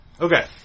Okay